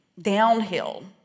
downhill